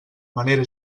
manera